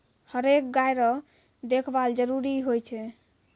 हरेक गाय केरो देखभाल जरूरी होय छै